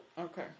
Okay